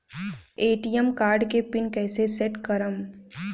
ATM card के pin कैसे set करम?